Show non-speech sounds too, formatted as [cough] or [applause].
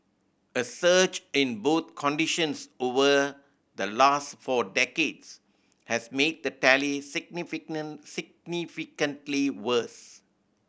a surge in both conditions over the last four decades has made the tally [unintelligible] significantly worse